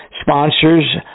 Sponsors